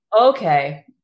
Okay